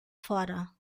fora